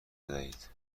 بدهید